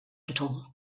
little